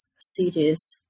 cities